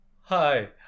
hi